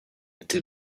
into